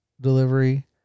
delivery